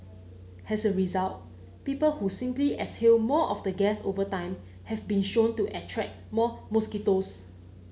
as a result people who simply exhale more of the gas over time have been shown to attract more mosquitoes